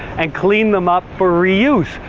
and clean them up for reuse.